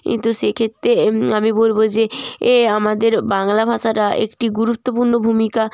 কিন্তু সেক্ষেত্রে আমি বলব যে আমাদের বাংলা ভাষাটা একটি গুরুত্বপূর্ণ ভূমিকা